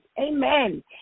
amen